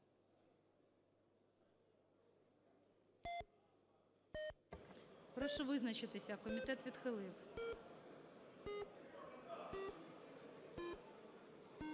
Прошу визначитися. Комітет відхилив.